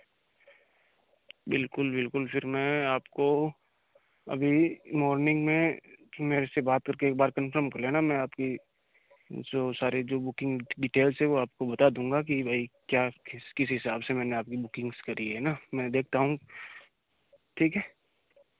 बिलकुल बिलकुल फिर मैं आपको अभी मॉर्निंग में मेरे से बात करके एक बार कन्फर्म कर लेना मैं आपकी जो सारी बुकिंग डीटेल्स है वह आपको बता दूँगा कि भाई क्या किस किस हिसाब से मैंने आपकी बुकिंग्स करी है ना मैं देखता हूँ ठीक है